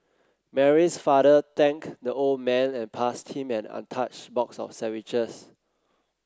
Mary's father thanked the old man and passed him an untouched box of sandwiches